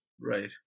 Right